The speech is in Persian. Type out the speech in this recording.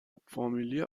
فامیلی